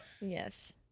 yes